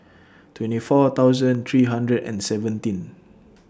twenty four thousand three hundred and seventeen